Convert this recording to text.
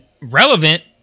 relevant